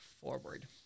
forward